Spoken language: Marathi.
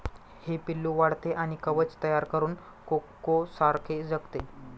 हे पिल्लू वाढते आणि कवच तयार करून कोकोसारखे जगते